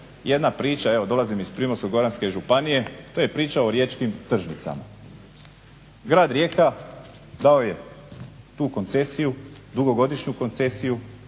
jedna priča, dolazim iz Primorsko-goranske županije to je priča o Riječkim tržnicama. Grad Rijeka dao je tu dugogodišnju koncesiju